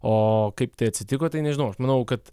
o kaip tai atsitiko tai nežinau aš manau kad